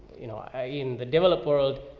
you know, i, in the developed world,